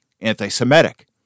anti-Semitic